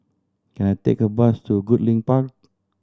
can I take a bus to Goodlink Park